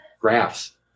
graphs